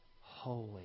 holy